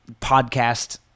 podcast